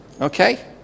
Okay